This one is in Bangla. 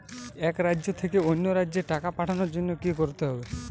এক রাজ্য থেকে অন্য রাজ্যে টাকা পাঠানোর জন্য কী করতে হবে?